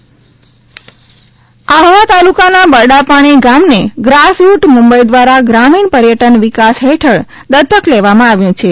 આકાશદર્શન આહવા તાલુકાના બરડાપાણી ગામને ગ્રાસરૃટ મુંબઇ દ્વારા ગ્રામીણ પર્યટન વિકાસ હેઠળ દત્તક લેવામાં આવ્યું છે